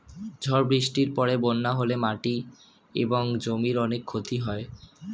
ঝড় বৃষ্টির পরে বন্যা হলে মাটি এবং জমির অনেক ক্ষতি হয়